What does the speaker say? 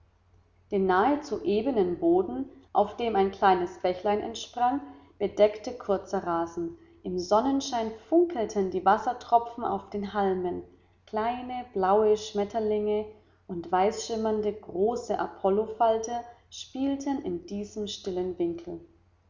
den nahezu ebenen boden auf dem ein kleines bächlein entsprang bedeckte kurzer rasen im sonnenschein funkelten die wassertropfen auf den halmen kleine blaue schmetterlinge und weißschimmernde große apollofalter spielten in diesem stillen winkel